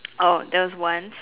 oh there was once